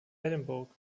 edinburgh